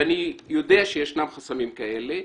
ואני יודע שיש חסמים כאלה,